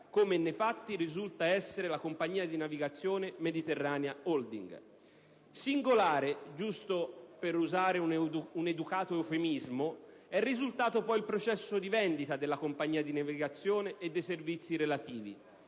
come nei fatti risulta essere la compagnia di navigazione Mediterranea Holding. Singolare - giusto per usare un educato eufemismo - è risultato poi il processo di vendita della compagnia di navigazione e dei servizi relativi.